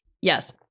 Yes